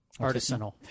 artisanal